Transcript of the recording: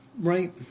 right